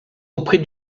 auprès